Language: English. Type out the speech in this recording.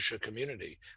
community